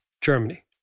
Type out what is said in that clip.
Germany